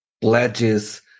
pledges